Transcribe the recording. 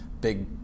big